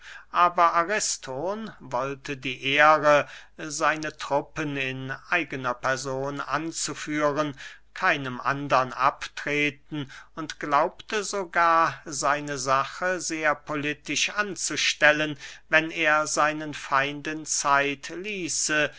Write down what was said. aber ariston wollte die ehre seine truppen in eigner person anzuführen keinem andern abtreten und glaubte sogar seine sache sehr politisch anzustellen wenn er seinen feinden zeit ließe